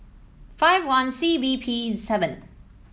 five one C B P seven